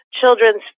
children's